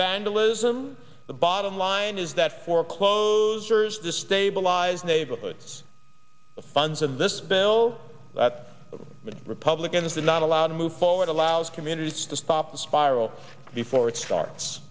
vandalism the bottom line is that for closers destabilize neighborhoods the funds of this bill which republicans did not allow to move forward allows communities to stop the spiral before it starts